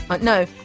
no